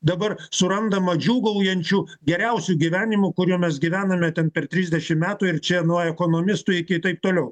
dabar surandama džiūgaujančių geriausiu gyvenimu kuriuo mes gyvename ten per trisdešim metų ir čia nuo ekonomistų iki taip toliau